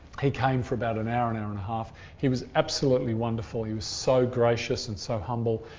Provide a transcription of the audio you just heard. he came for about an hour, an hour and a half. he was absolutely wonderful. he was so gracious and so humble.